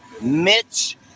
Mitch